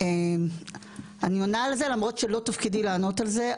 שלום, אני פותחת את הישיבה.